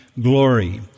glory